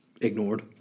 ignored